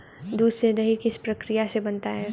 दूध से दही किस प्रक्रिया से बनता है?